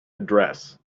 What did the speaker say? address